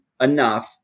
enough